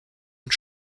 und